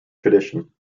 tradition